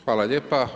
Hvala lijepo.